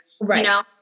Right